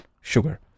sugar